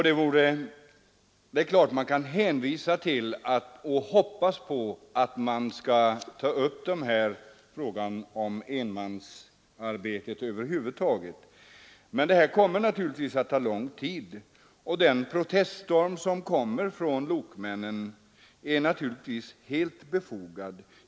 Det är klart att ni kan hänvisa till — och hoppas på — att man skall ta upp frågan om enmansarbetet över huvud taget. Men detta kommer naturligtvis att ta lång tid, och den proteststorm som kommer från lokmännen är helt befogad.